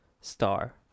star